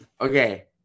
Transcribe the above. okay